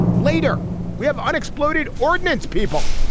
later we have unexploded ordnance people.